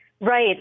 Right